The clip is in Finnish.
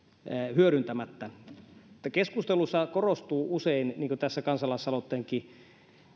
hyödyntämättä keskustelussa korostuu usein niin kuin tässä kansalaisaloitteenkin